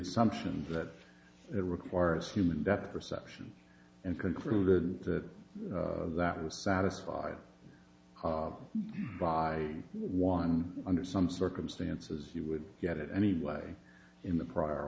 assumption that it requires human depth perception and concluded that it was satisfied by one under some circumstances you would get it anyway in the prior